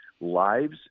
lives